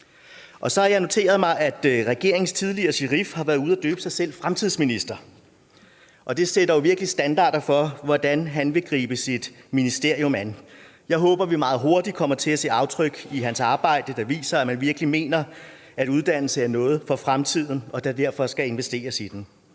Så har jeg noteret mig, at regeringens tidligere sherif har været ude at døbe sig selv fremtidsminister. Det sætter jo virkelig standarder for, hvordan han vil gribe sit ministerium an. Jeg håber, at vi meget hurtigt kommer til at se aftryk i hans arbejde, der viser, at han virkelig mener, at uddannelse er noget for fremtiden, og at der derfor skal investeres i den.